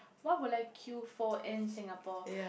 why would I queue for in Singapore